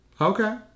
Okay